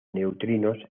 neutrinos